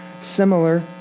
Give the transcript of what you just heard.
similar